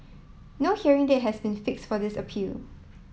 no hearing date has been fix for this appeal